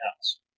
House